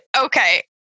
Okay